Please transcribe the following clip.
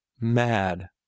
mad